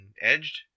edged